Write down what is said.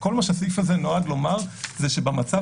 כל מה שהסעיף הזה נועד לומר הוא שבמצב